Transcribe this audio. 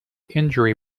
injury